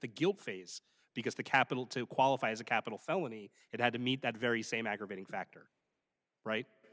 the guilt phase because the capital to qualify as a capital felony it had to meet that very same aggravating factor right